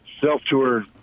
self-tour